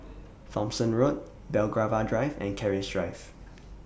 Thomson Road Belgravia Drive and Keris Drive